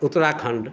Uttarakhand